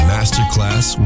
Masterclass